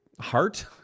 heart